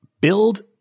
build